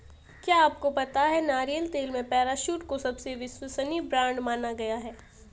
क्या आपको पता है नारियल तेल में पैराशूट को सबसे विश्वसनीय ब्रांड माना गया है?